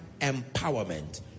empowerment